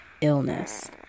illness